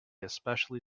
especially